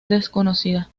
desconocida